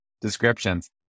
descriptions